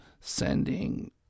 sending